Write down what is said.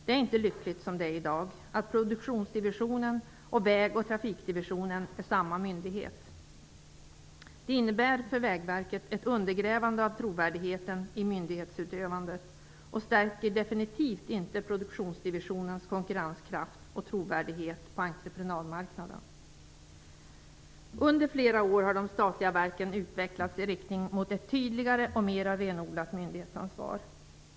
Det är inte lyckligt som det är i dag att produktionsdivisionen och väg ch trafikdivisionen är samma myndighet. Det innebär för Vägverket ett undergrävande av trovärdigheten i myndighetsutövandet och stärker definitivt inte produktionsdivisionens konkurrenskraft och trovärdighet på entreprenadmarknaden. Under flera år har de statliga verken utvecklats i riktning mot ett tydligare och mera renodlat myndighetsansvar.